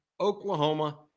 Oklahoma